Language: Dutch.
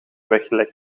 weggelegd